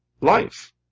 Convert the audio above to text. life